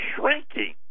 shrinking